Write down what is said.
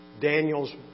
Daniel's